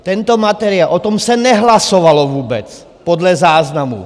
Tento materiál, o tom se nehlasovalo vůbec podle záznamu!